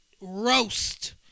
roast